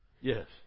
Yes